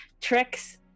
Tricks